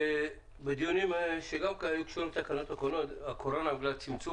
בדיונים שגם היו קשורים לתקנות הקורונה בגלל צמצום